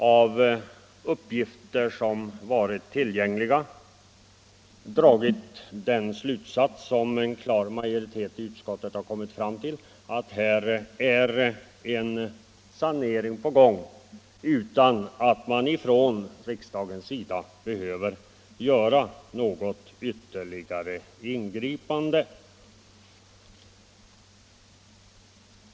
Av uppgifter som varit tillgängliga har en klar majoritet i utskottet dragit den slutsatsen, att en sanering är på gång och att riksdagen därför inte behöver göra något ytterligare ingripande.